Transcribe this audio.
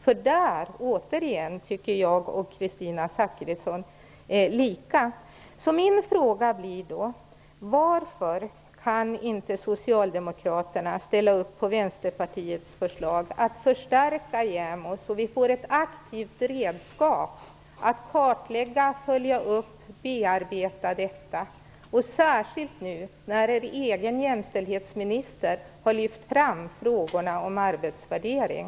Där har Kristina Zakrisson och jag återigen samma åsikt. Min fråga blir då: Varför kan inte socialdemokraterna ställa upp på Vänsterpartiets förslag att förstärka JämO så att vi får ett aktivt redskap för kartläggning, uppföljning och bearbetning, särskilt som er egen jämställdhetsminister har lyft fram frågorna om arbetsvärdering.